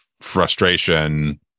frustration